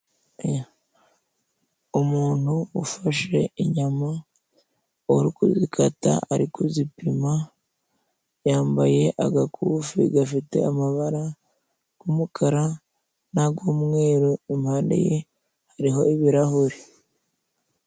Umuntu ufashe inyama uri kuzikata ari kuzipima, yambaye agakufi gafite amabara g'umukara n'ag'umweru, impande ye hariho ibirahuri.